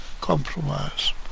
compromise